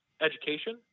education